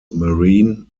marine